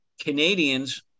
Canadians